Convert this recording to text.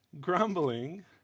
Grumbling